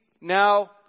now